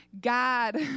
God